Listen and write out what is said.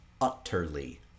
utterly